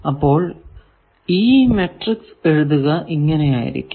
അപ്പോൾ ഈ മാട്രിക്സ് എഴുതുക ഇങ്ങനെ ആയിരിക്കും